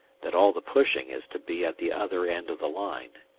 that all the pushing is to be at the other end of the line,